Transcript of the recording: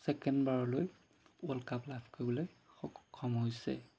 second বাৰলৈ world cup লাভ কৰিবলৈ সক্ষম হৈছে